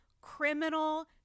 criminal